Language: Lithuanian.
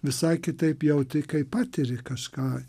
visai kitaip jauti kai patiri kažką